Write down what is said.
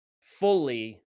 fully